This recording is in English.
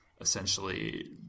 essentially